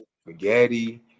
spaghetti